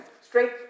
straight